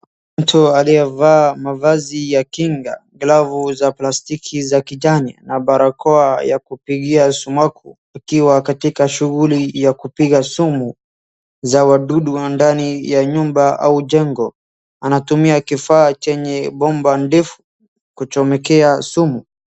mtu aliyevaa mavazi ya kinga glavu za plastiki ya kijani na barakoa ya kupigia sumaku akiwa katika shughuli ya kupiga sumu za wadudu wa ndani wa nyumba au jengo anatumia kifaa chenye bomba ndefu kuchomekea sumu